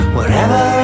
Wherever